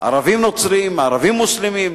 ערבים נוצרים, ערבים מוסלמים,